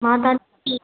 मां तव्हां खे